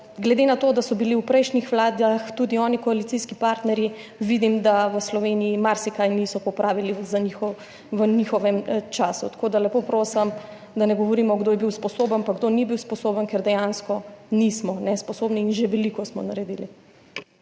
Glede na to, da so bili v prejšnjih vladah tudi oni koalicijski partnerji, vidim, da v Sloveniji marsikaj niso popravili v njihovem času. Tako da lepo prosim, da ne govorimo, kdo je bil sposoben in kdo ni bil sposoben, ker dejansko nismo nesposobni in smo že veliko naredili.